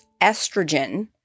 estrogen